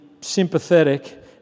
sympathetic